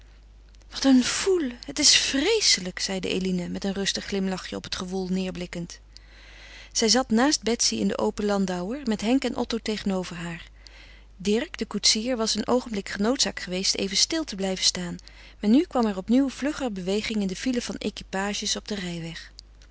wat een foule het is vreeselijk zeide eline met een rustig glimlachje op het gewoel neêrblikkend zij zat naast betsy in den open landauer met henk en otto tegenover haar dirk de koetsier was een oogenblik genoodzaakt geweest even stil te blijven staan maar nu kwam er opnieuw vlugger beweging in de file van equipages op den rijweg